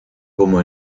como